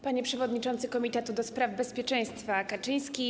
Panie Przewodniczący Komitetu ds. Bezpieczeństwa Kaczyński!